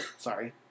Sorry